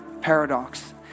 paradox